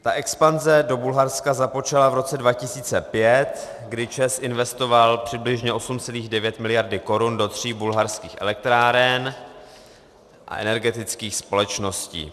Ta expanze do Bulharska započala v roce 2005, kdy ČEZ investoval přibližně 8,9 miliardy korun do tří bulharských elektráren a energetických společností.